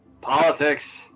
Politics